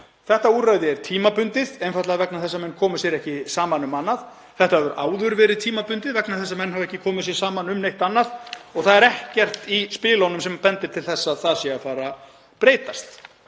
Þetta úrræði er tímabundið, einfaldlega vegna þess að menn komu sér ekki saman um annað. Þetta hefur áður verið tímabundið vegna þess að menn hafa ekki komið sér saman um neitt annað og það er ekkert í spilunum sem bendir til þess að það sé að fara að breytast.